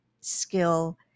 skill